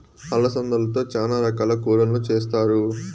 అలసందలతో చానా రకాల కూరలను చేస్తారు